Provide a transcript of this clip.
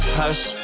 hush